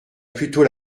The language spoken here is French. plutôt